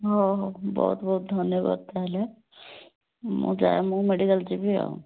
ହଉ ହଉ ବହୁତ ବହୁତ ଧନ୍ୟବାଦ ତା'ହେଲେ ମୁଁ ଯାଏ ମୁଁ ମେଡ଼ିକାଲ୍ ଯିବି ଆଉ